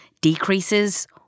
decreases